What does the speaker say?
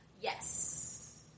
Yes